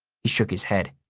he shook his head.